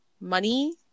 money